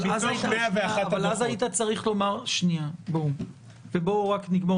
אבל אז הייתי צריך לומר בואו רק נגמור,